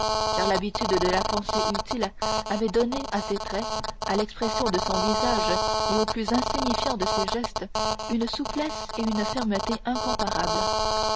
car l'habitude de la pensée utile avait donné à ses traits à l'expression de son visage et au plus insignifiant de ses gestes une souplesse et une fermeté incomparables